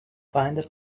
find